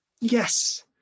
Yes